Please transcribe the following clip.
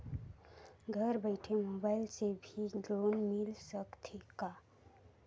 घर बइठे मोबाईल से भी लोन मिल सकथे का?